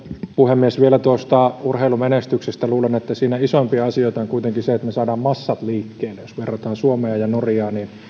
puhemies vielä tuosta urheilumenestyksestä luulen että siinä isoimpia asioita on kuitenkin se että me saamme massat liikkeelle jos verrataan suomea ja norjaa niin